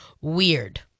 weird